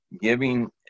giving